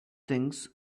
things